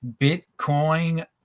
Bitcoin